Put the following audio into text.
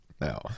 No